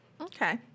Okay